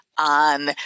on